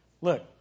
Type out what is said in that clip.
Look